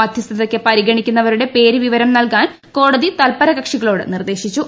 മധ്യസ്ഥതയ്ക്ക് പരിഗണിക്കുന്നവരുടെ പേരു വിവരം നൽകാൻ കോടതി തല്പര കക്ഷികളോട് നിർദ്ദേശിച്ചു